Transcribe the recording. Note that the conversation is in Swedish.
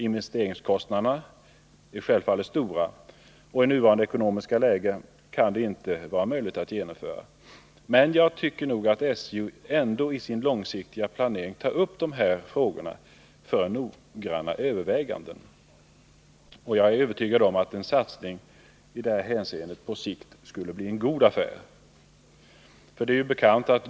Investeringskostnaderna blir stora och i nuvarande ekonomiska läge är det inte möjligt att genomföra dem, men jag vill att SJ i sin långsiktiga planering tar upp även denna bana för noggranna överväganden. Jag är övertygad om att en sådan satsning på sikt skulle bli en god affär.